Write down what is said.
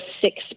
six